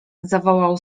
zawołał